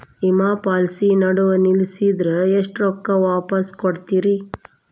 ವಿಮಾ ಪಾಲಿಸಿ ನಡುವ ನಿಲ್ಲಸಿದ್ರ ಎಷ್ಟ ರೊಕ್ಕ ವಾಪಸ್ ಕೊಡ್ತೇರಿ?